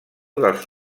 dels